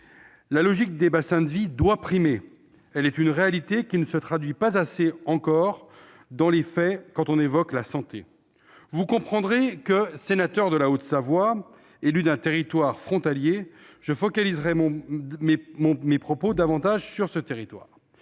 La logique des bassins de vie doit primer. C'est une réalité qui ne se traduit pas encore assez dans les faits en matière de santé. Vous comprendrez que, sénateur de la Haute-Savoie, élu d'un territoire frontalier, je centre mes propos sur ce territoire.